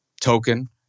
token